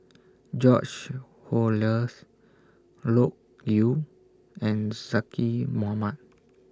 George Oehlers Loke Yew and Zaqy Mohamad